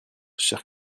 chers